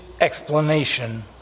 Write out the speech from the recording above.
explanation